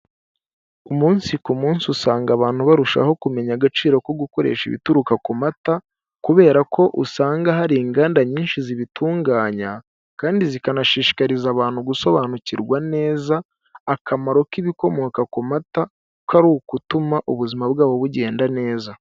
Umunsi ku munsi usanga abantu barushaho kumenya agaciro ko gukoresha ibituruka ku mata kubera ko usanga hari inganda nyinshi zibitunganya kandi zikanashishikariza abantu gusobanukirwa neza akamaro k'ibikomoka ku mata, ko arigutuma ubuzima bwabo bugenda neza.